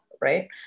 right